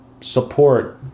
support